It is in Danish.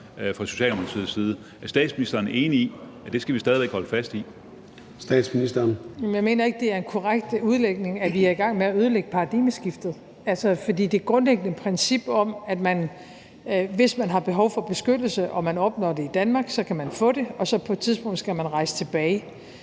i? Kl. 00:31 Formanden (Søren Gade): Statsministeren. Kl. 00:31 Statsministeren (Mette Frederiksen): Men jeg mener ikke, det er en korrekt udlægning, at vi er i gang med at ødelægge paradigmeskiftet. For der er et grundlæggende princip om, at man, hvis man har behov for beskyttelse og man opnår det i Danmark, så kan få det, og på et tidspunkt skal man rejse tilbage.